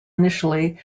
initially